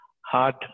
hard